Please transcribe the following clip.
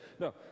No